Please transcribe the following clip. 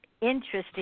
interesting